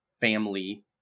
family